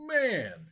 man